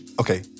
Okay